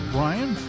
Brian